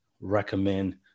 recommend